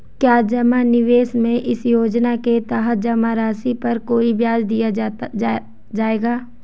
क्या जमा निवेश में इस योजना के तहत जमा राशि पर कोई ब्याज दिया जाएगा?